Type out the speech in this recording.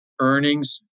earnings